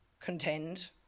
contend